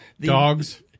Dogs